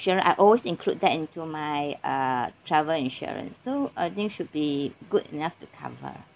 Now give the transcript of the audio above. ~surance I always include that into my uh travel insurance so I think should be good enough to cover